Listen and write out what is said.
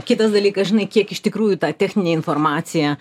kitas dalykas žinai kiek iš tikrųjų tą techninę informaciją